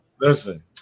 Listen